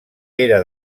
era